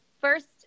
first